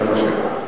אתה מאשר.